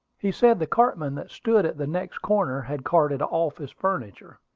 he said the cartman that stood at the next corner had carted off his furniture.